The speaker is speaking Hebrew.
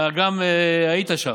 אתה גם היית שם.